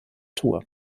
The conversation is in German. tour